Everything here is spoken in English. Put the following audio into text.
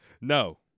No